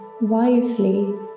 wisely